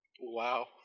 Wow